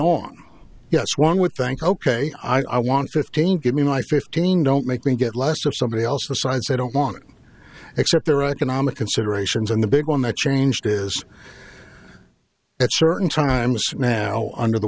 on yes one would think ok i want fifteen give me my fifteen don't make me get less of somebody else besides i don't want except there are economic considerations and the big one that changed is at certain times now under the